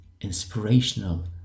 inspirational